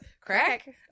crack